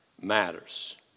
matters